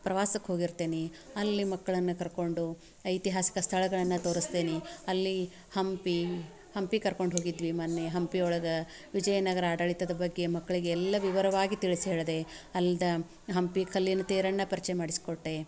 ಪ್ರವಾಸಕ್ಕೆ ಹೋಗಿರ್ತೀನಿ ಅಲ್ಲಿ ಮಕ್ಕಳನ್ನ ಕರ್ಕೊಂಡು ಐತಿಹಾಸಿಕ ಸ್ಥಳಗಳನ್ನು ತೋರಸ್ತೇನೆ ಅಲ್ಲಿ ಹಂಪಿ ಹಂಪಿಗೆ ಕರ್ಕೊಂಡು ಹೋಗಿದ್ವಿ ಮೊನ್ನೆ ಹಂಪಿ ಒಳಗೆ ವಿಜಯನಗರ ಆಡಳಿತದ ಬಗ್ಗೆ ಮಕ್ಳಿಗೆ ಎಲ್ಲ ವಿವರವಾಗಿ ತಿಳ್ಸಿ ಹೇಳಿದೆ ಅಲ್ದೇ ಹಂಪಿ ಕಲ್ಲಿನ ತೇರನ್ನು ಪರಿಚಯ ಮಾಡಿಸಿಕೊಟ್ಟೆ